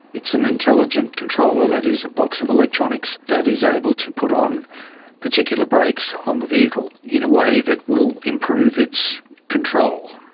it's an intelligent controller, that is a box of electronics, that is able to put on particular brakes on the vehicle in a way that will improve its control.